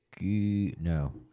No